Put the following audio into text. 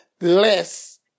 less